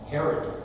Herod